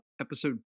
episode